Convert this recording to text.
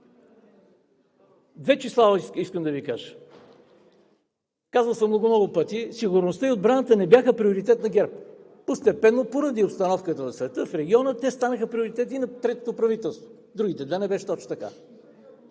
Две числа искам да Ви кажа. Казвал съм го много пъти. Сигурността и отбраната не бяха приоритет на ГЕРБ. Постепенно, поради обстановката в света и в региона, те станаха приоритет и на третото правителство. При другите две не беше точно така.